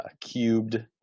cubed